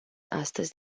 astăzi